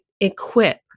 equip